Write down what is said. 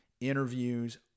interviews